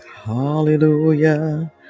hallelujah